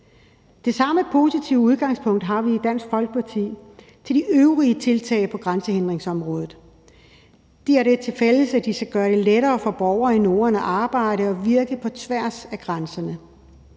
Det samme positive udgangspunkt har vi i Dansk Folkeparti til de øvrige tiltag på grænsehindringsområdet. De har det tilfælles, at de skal gøre det lettere for borgere i Norden at arbejde og virke på tværs af grænserne.